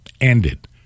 ended